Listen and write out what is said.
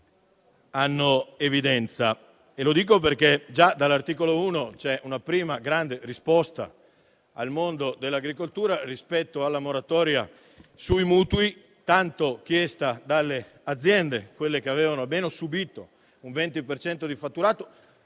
hanno evidenza. Già nell'articolo 1 c'è una prima grande risposta al mondo dell'agricoltura rispetto alla moratoria sui mutui, tanto richiesta dalle aziende che avevano subito un 20 per cento